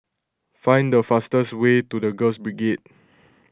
find the fastest way to the Girls Brigade